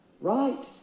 right